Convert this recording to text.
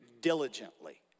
diligently